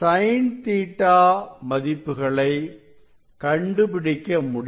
sin Ɵ மதிப்புகளை கண்டுபிடிக்க முடியும்